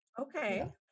okay